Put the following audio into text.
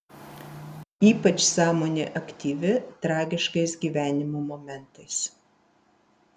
ypač sąmonė aktyvi tragiškais gyvenimo momentais